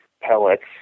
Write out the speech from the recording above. pellets